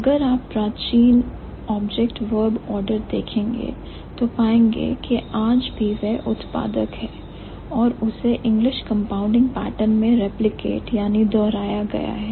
अगर आप प्राचीन OV order देखेंगे तो पाएंगे कि वह आज भी उत्पादक है और उससे इंग्लिश कंपाउंडिंग पैटर्न में रिप्लिकेट या दोहराया गया है